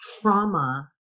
trauma